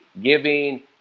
giving